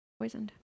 Poisoned